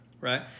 right